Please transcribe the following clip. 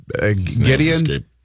Gideon